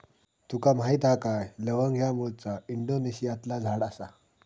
तुका माहीत हा काय लवंग ह्या मूळचा इंडोनेशियातला झाड आसा